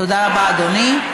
תודה רבה, אדוני.